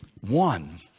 one